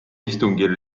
istungil